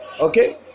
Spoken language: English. okay